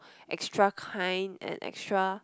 extra kind and extra